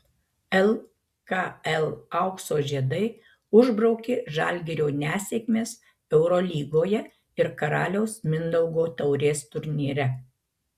lkl aukso žiedai užbraukė žalgirio nesėkmes eurolygoje ir karaliaus mindaugo taurės turnyre